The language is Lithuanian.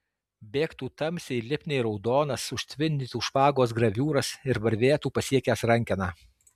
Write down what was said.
bėgtų tamsiai lipniai raudonas užtvindytų špagos graviūras ir varvėtų pasiekęs rankeną